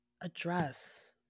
address